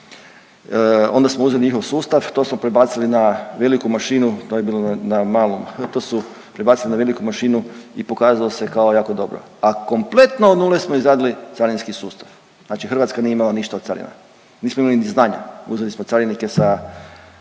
onda smo uzeli njihov sustav, to smo prebacili na veliku mašinu, to je bilo na malu, to su prebacili na veliku mašinu i pokazalo se kao jako dobro, a kompletno od nule smo izradili carinski sustav. Znači Hrvatska nije imala ništa od carina, nismo imali ni znanja, uzeli smo carinike sa,